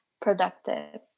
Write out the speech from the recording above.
productive